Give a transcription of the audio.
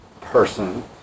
person